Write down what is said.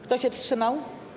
Kto się wstrzymał?